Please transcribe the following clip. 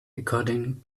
according